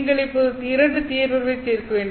நீங்கள் இப்போது இரண்டு தீர்வுகளைத் தீர்க்க வேண்டும்